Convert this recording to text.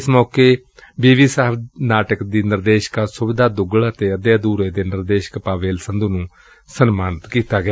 ਇਸ ਮੌਕੇ ਬੀਵੀ ਸਾਹਿਬ ਨਾਟਕ ਦੀ ਨਿਰਦੇਸਕਾ ਸੁਵਿਧਾ ਦੁੱਗਲ ਅਤੇ ਅੱਧੇ ਅਧੁਰੇ ਦੇ ਨਿਰਦੇਸਕ ਪਾਵੇਲ ਸੰਧੁ ਨੂੰ ਸਨਮਾਨਿਤ ਵੀ ਕੀਤਾ ਗਿਆ